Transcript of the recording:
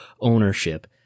ownership